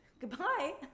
goodbye